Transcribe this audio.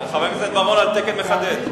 חבר הכנסת בר-און על תקן מחדד.